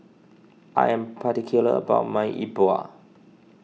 I am particular about my Yi Bua